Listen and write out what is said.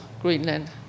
Greenland